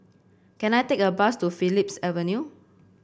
can I take a bus to Phillips Avenue